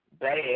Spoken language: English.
bad